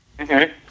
Okay